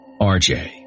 RJ